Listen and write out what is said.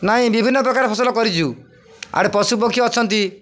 ନାଇଁ ବିଭିନ୍ନ ପ୍ରକାର ଫସଲ କରିଛୁ ଆଡ଼େ ପଶୁପକ୍ଷୀ ଅଛନ୍ତି